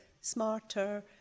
smarter